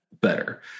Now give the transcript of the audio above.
better